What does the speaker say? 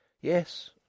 Yes